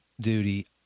duty